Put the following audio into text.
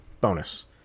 bonus